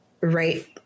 right